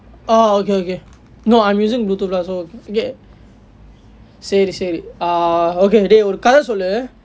oh okay okay no I'm using bluetooth lah so okay சரி சரி:sari sari ah okay டே ஒரு கதை சொல்லு:de oru kathai sollu